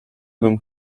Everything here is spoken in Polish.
bym